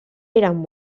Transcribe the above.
eren